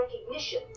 recognition